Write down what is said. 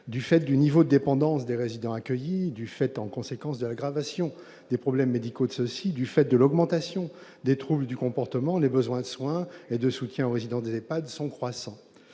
Du fait du niveau de dépendance de ces résidents, du fait, en conséquence, de l'aggravation de leurs problèmes médicaux et du fait de l'augmentation des troubles du comportement, les besoins de soins et de soutien aux résidents des EHPAD sont croissants.